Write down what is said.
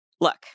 look